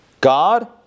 God